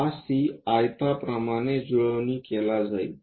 हा C आयता प्रमाणे जुळवणी केला जाईल